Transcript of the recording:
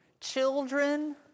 children